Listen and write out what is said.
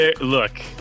Look